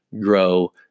grow